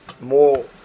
more